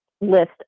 list